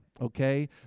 Okay